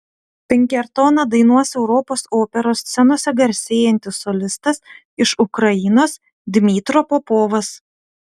pinkertoną dainuos europos operos scenose garsėjantis solistas iš ukrainos dmytro popovas